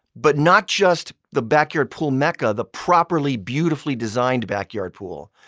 but not just the backyard pool mecca, the properly, beautifully designed backyard pool.